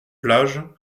plage